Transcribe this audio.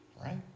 right